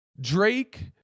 drake